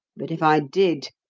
but if i did,